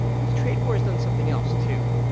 but the trade war has done something else, too.